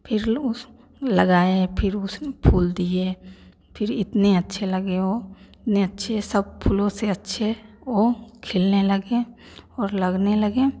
फिर उस लगाए फिर उसमें फूल दिए फिर इतने अच्छे लगे वो इतने अच्छे सब फूलों से अच्छे वो खिलने लगे और लगने लगे